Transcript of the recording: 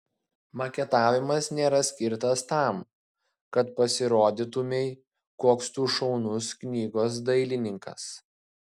maketavimas nėra skirtas tam kad pasirodytumei koks tu šaunus knygos dailininkas